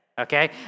okay